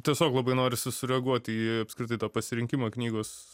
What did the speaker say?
tiesiog labai norisi sureaguoti į apskritai tą pasirinkimą knygos